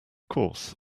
course